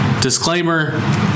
disclaimer